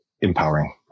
empowering